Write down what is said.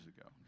ago